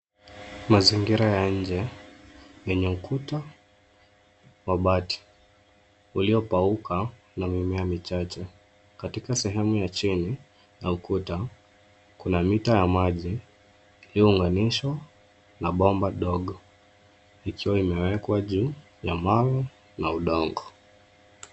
Mazingira ya nje yenye ukuta wa bati uliopauka na mimea michache. Katika sehemu ya chini ya ukuta, kuna mita ya maji iliyounganishwa na bomba ndogo ikiwa imewekwa juu ya mawe na udongo.